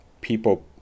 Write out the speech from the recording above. people